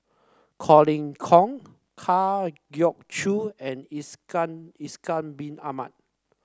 Colin Kong Kwa Geok Choo and Ishak Ishak Bin Ahmad